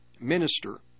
minister